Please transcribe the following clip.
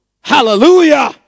Hallelujah